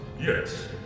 yes